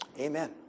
Amen